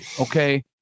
okay